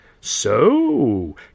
So